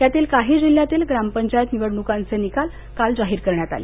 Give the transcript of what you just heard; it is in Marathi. यातील काही जिल्यातील ग्रामपंचायत निवडणुकीचे निकाल काल जाहीर करण्यात आले